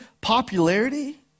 popularity